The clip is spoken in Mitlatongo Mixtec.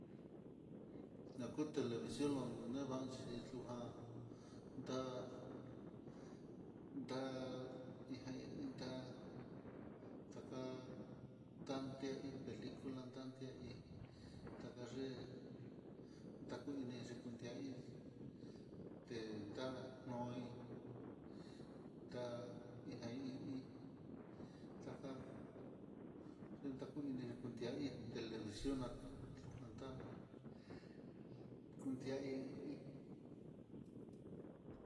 Naku televición, lon nevaxhi lujan, ndá nda i da taka ndunde ahí pelicula lande hí, takaye'e ndaku ini ndakunyai tenda nuu oin tá dita hi i taka yentakuini kutihí televición ná juntiá hi i.